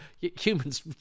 humans